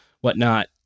whatnot